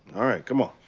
alright, come on.